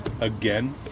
Again